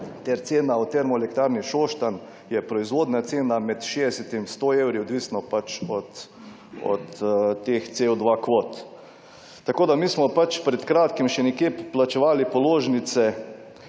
ter cena v Termoelektrarni Šoštanj je proizvodna cena med 60 in sto evri odvisno pač od teh CO2 kvot. Tako da mi smo pač pred kratkim še nekje plačevali položnice